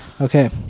Okay